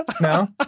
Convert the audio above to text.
No